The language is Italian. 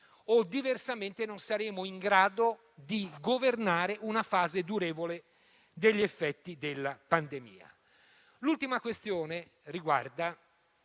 o diversamente non saremo in grado di governare una fase durevole degli effetti della pandemia. L'ultima questione riguarda